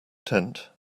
tent